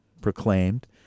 proclaimed